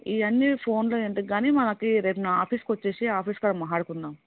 ఇవన్నీ ఫోన్లో ఎందుకు గానీ మనకి రేపు నా ఆఫీస్కి వచ్చేసేయి ఆఫీస్ కాడ మాట్లాడుకుందాం